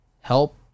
help